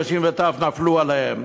נשים וטף נפלו אליהם.